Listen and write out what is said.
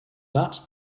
that